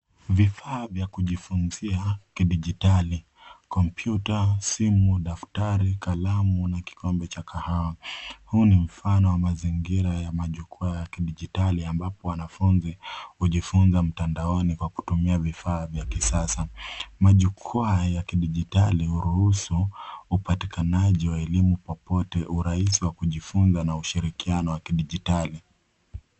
Vifaa vya kujifunzia kidigitari. Kompyuta, simu, daftari, kalamu na kikombe cha kahawa. Huu ni mfano wa mazingira ya majukwaa ya kidigitari ambapo wanafunzi hujifunza mtandaoni kwa kutumia vifaa vya kisasa. Majukwaa ya kidigitari huruhusu upatikanaji wa elimu popote, urahisi wa kujifunza na ushirikiano wa kidigitari.